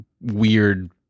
weird